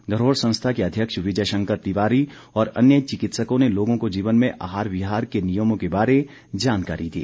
धरोहर संस्था के अध्यक्ष विजय शंकर तिवारी और अन्य चिकित्सकों ने लोगों को जीवन में आहार विहार के नियमों के बारे जानकारी दी